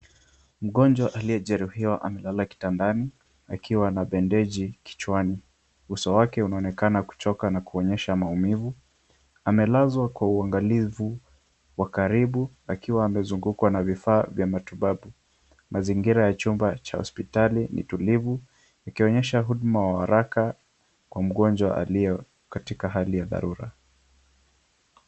Mgonjwa aliyejeruhiwa amelala kitandani akiwa na bandeji kichwani, uso wake unaonekana kuchoka na kuonyesha maumivu, amelazwa kwa uangalifu wa karibu akiwa amezungukwa na vifaa vya matibabu, mazingira ya chumba cha hospitali ni tulivu, ikionyesha huduma wa haraka kwa mgonjwa aliye katika hali ya dharura.